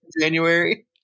January